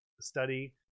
study